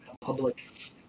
public